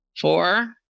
four